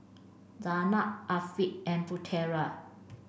Zaynab Afiq and Putera